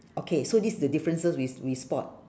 okay so this is the differences we we spot